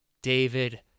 David